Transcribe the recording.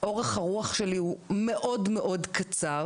הוא מאוד-מאוד קצר